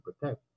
protect